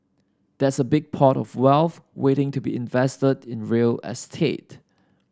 there's a big pot of wealth waiting to be invested in real estate